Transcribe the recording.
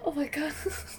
oh my god